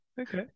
Okay